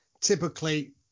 Typically